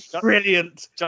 brilliant